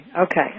okay